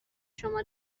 شما